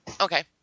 Okay